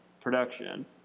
production